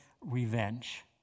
revenge